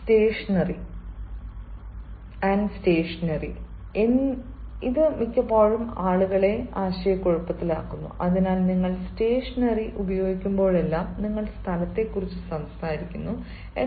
വീണ്ടും stationary stationery stationary and stationery എന്നിവ മിക്കപ്പോഴും ആളുകൾ ആശയക്കുഴപ്പത്തിലാകുന്നു അതിനാൽ നിങ്ങൾ സ്റ്റേഷണറി ഉപയോഗിക്കുമ്പോഴെല്ലാം നിങ്ങൾ സ്ഥലത്തെക്കുറിച്ച് സംസാരിക്കുന്നു